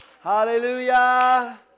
Hallelujah